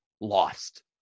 lost